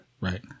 Right